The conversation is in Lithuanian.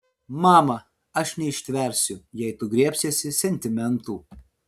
mama aš neištversiu jei tu griebsiesi sentimentų